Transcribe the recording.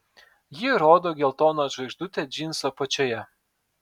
ji rodo geltoną žvaigždutę džinsų apačioje